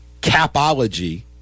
capology